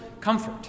comfort